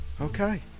Okay